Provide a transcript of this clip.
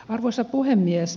arvoisa puhemies